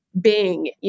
Bing